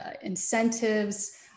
incentives